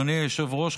אדוני היושב-ראש,